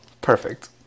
Perfect